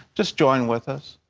just join with us.